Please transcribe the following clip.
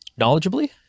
Knowledgeably